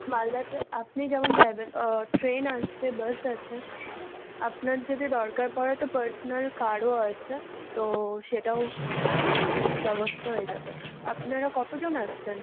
মালদাতে আপনি যেমন চাইবেন ট্রেন আছে বাস আছে আপনার যদি দরকার পরে তো পার্সোনাল কারও আছে তো সেটাও ব্যবস্থা হয়ে যাবে আপনারা কতজন আসছেন